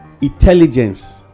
Intelligence